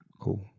Cool